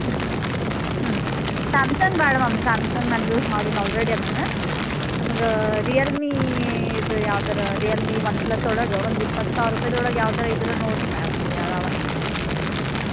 ಹ್ಞೂ ಹ್ಞೂ ಸ್ಯಾಮ್ಸಂಗ್ ಬೇಡ ಮಾಮ್ ಸ್ಯಾಮ್ಸಂಗ್ ನಾನು ಯೂಸ್ ಮಾಡೀನಿ ಆಲ್ರೆಡಿ ಅದನ್ನು ನಮ್ಗೆ ರಿಯಲ್ಮೀ ಇದು ಯಾವ್ದಾರೂ ರಿಯಲ್ಮೀ ಒನ್ ಪ್ಲಸ್ಸೊಳಗೆ ಒಂದು ಇಪ್ಪತ್ತು ಸಾವಿರ ರೂಪಾಯ್ದೊಳಗೆ ಯಾವ್ದಾರೂ ಇದ್ರೆ ನೋಡಿರಿ ಮ್ಯಾಮ್ ಯಾವ ಯಾವ ಅನ ನಿಮ್ಮ